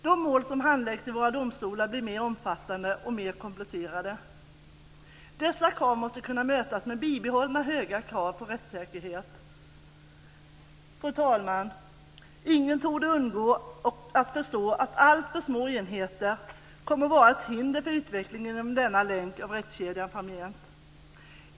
De mål som handläggs i våra domstolar blir mer omfattande och mer komplicerade. Dessa krav måste kunna mötas med bibehållna höga krav på rättssäkerhet. Fru talman! Ingen torde undgå att förstå att alltför små enheter kommer att vara ett hinder för utvecklingen inom denna länk av rättskedjan framgent.